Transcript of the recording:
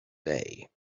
day